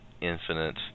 infinite